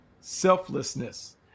selflessness